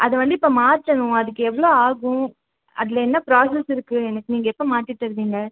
அதை வந்து இப்போ மாற்றணும் அதுக்கு எவ்வளோ ஆகும் அதில் என்ன ப்ராசஸ் இருக்குது எனக்கு நீங்கள் எப்போ மாற்றி தருவீங்க